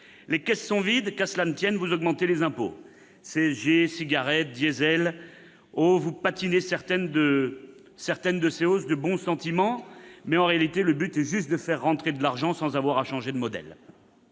Les caisses sont vides ? Qu'à cela ne tienne, vous augmentez les impôts : CSG, cigarettes, diesel ! Certes, vous patinez certaines hausses de bons sentiments, mais en réalité le but est juste de faire rentrer de l'argent sans avoir à changer de modèle.